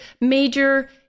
major